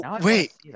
wait